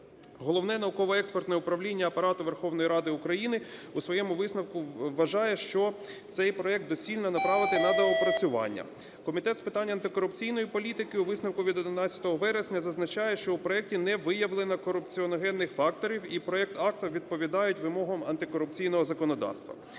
Головне науково-експертне управління Апарату Верховної Ради України у своєму висновку вважає, що цей проект доцільно направити на доопрацювання. Комітет з питань антикорупційної політики у висновку від 11 вересня зазначає, що в проекті не виявлено корупціогенних факторів і проект відповідає вимогам антикорупційного законодавства.